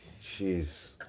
Jeez